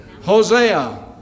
Hosea